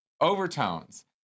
overtones